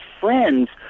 friends